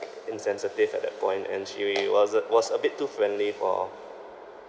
insensitive at that point and she was uh was a bit too friendly for